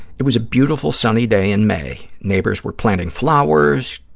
it was a beautiful sunny day in may. neighbors were planting flowers.